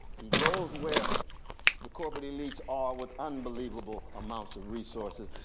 he goes where the corporate elites are with unbelievable amounts of resources.